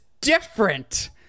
different